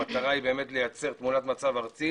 המטרה היא באמת לייצר תמונת מצב ארצית